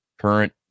current